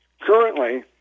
Currently